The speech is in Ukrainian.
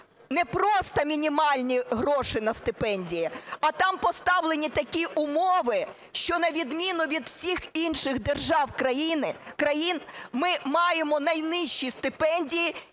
Не просто мінімальні гроші на стипендії, а там поставлені такі умови, що на відміну від усіх інших держав, країн, ми маємо найнижчі стипендії